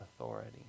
authority